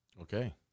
Okay